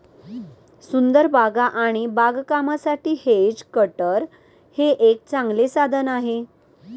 सुंदर बागा आणि बागकामासाठी हेज कटर हे एक चांगले साधन आहे